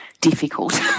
difficult